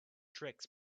tricks